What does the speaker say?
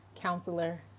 counselor